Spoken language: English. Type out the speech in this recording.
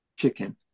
chicken